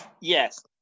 yes